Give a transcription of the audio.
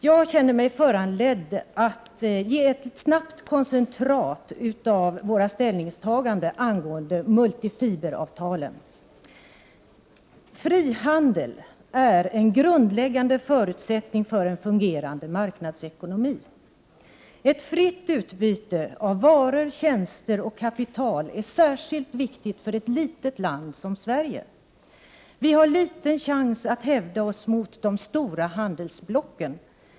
Jag känner mig föranledd att ge ett snabbt koncentrat av våra ställningstaganden angående multifiberavtalen. e Frihandel är en grundläggande förutsättning för en fungerande marknadsekonomi. Ett fritt utbyte av varor, tjänster och kapital är särskilt viktigt för ett litet land som Sverige. Vi har en liten chans att hävda oss mot de stora handelsblocken.